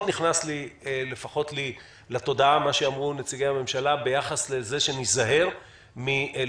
מאוד נכנס לי לתודעה מה שאמרו נציגי הממשלה ביחס לזה שניזהר מלשפוך